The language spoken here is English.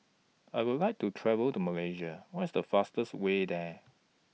I Would like to travel to Malaysia What IS The fastest Way There